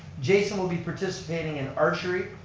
jason will be participating in archery,